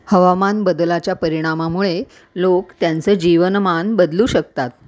हवामान बदलाच्या परिणामामुळे लोक त्यांचं जीवनमान बदलू शकतात